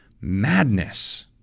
madness